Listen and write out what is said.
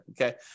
okay